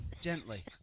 gently